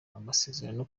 amasezerano